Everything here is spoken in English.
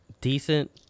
decent